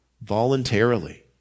voluntarily